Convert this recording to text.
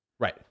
Right